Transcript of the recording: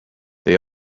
they